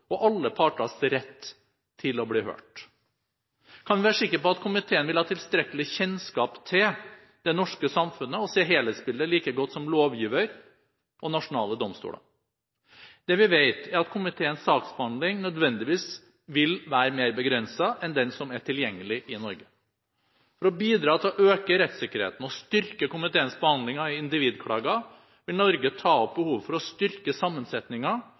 og alle parters rett til å bli hørt? Kan vi være sikre på at komiteen vil ha tilstrekkelig kjennskap til det norske samfunnet og se helhetsbildet like godt som lovgiver og nasjonale domstoler? Det vi vet, er at komiteens saksbehandling nødvendigvis vil være mer begrenset enn den som er tilgjengelig i Norge. For å bidra til å øke rettssikkerheten og styrke komiteens behandling av individklager vil Norge ta opp behovet for å styrke